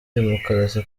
demokarasi